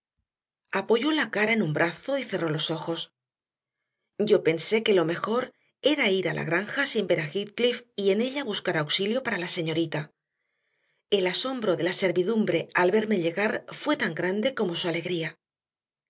apoyó la cara en un brazo y cerró los ojos yo pensé que lo mejor era ir a la granja sin ver a heathcliff y en ella buscar auxilio para la señorita el asombro de la servidumbre al verme llegar fue tan grande como su alegría